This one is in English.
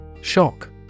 SHOCK